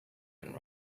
been